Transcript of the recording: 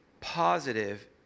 positive